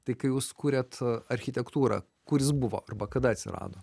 tai kai jūs kuriat architektūrą kur jis buvo arba kada atsirado